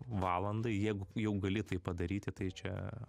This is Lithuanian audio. valandai jeigu jau gali tai padaryti tai čia